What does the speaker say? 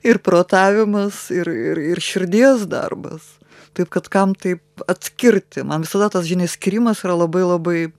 ir protavimas ir ir širdies darbas taip kad kam taip atskirti man visada tas žinių skyrimas yra labai labai